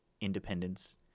independence